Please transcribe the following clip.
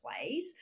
plays